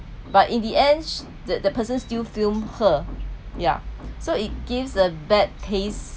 but in the end that person still filmed her yeah so it gives a bad taste